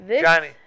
Johnny